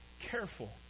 careful